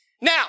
Now